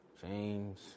James